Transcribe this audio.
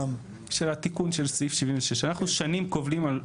את התיקון של סעיף 76, אנחנו שנים כובלים.